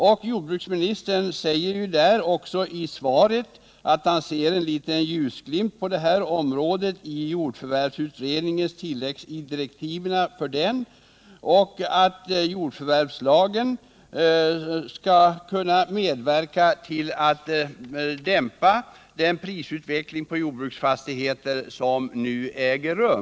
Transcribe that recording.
I det sammanhanget säger jordbruksministern i svaret att han kan skönja en ljusglimt på detta område i och med att jordförvärvslagen enligt tilläggsdirektiven till jordförvärvsutredningen kommer att kunna medverka till att dämpa den prisutveckling på jordbruksfastigheter som nu äger rum.